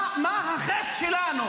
מה החטא שלנו?